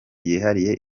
yihariye